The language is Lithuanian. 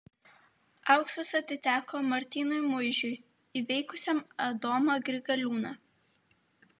auksas atiteko martynui muižiui įveikusiam adomą grigaliūną